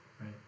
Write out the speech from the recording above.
Right